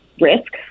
risk